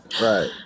right